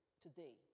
today